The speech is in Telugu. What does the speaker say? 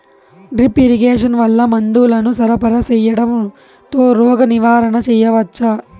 డ్రిప్ ఇరిగేషన్ వల్ల మందులను సరఫరా సేయడం తో రోగ నివారణ చేయవచ్చా?